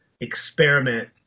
experiment